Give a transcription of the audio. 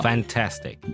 Fantastic 。